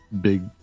big